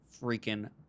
freaking